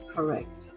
Correct